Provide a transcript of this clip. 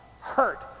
hurt